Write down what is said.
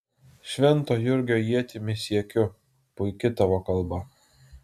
švento jurgio ietimi siekiu puiki tavo kalba